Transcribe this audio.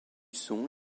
son